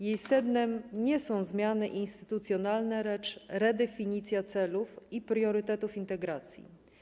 Jej sednem nie są zmiany instytucjonalne, lecz redefinicja celów i priorytetów integracji.